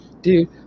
Dude